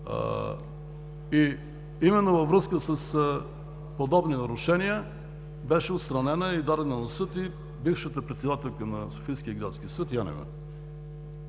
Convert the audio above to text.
Именно във връзка с подобни нарушения беше отстранена и дадена на съд бившата председателка на Софийския градски съд Янева.